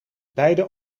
beide